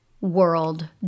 world